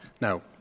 Now